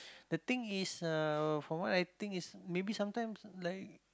the thing is from what I think is maybe sometimes like